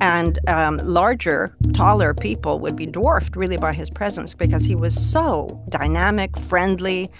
and um larger, taller people would be dwarfed, really, by his presence because he was so dynamic, friendly,